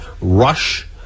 Rush